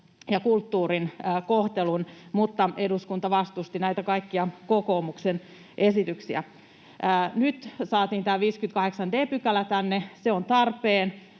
ja kulttuurin kohtelun — mutta eduskunta vastusti näitä kaikkia kokoomuksen esityksiä. Nyt saatiin tämä 58 d § tänne. Se on tarpeen,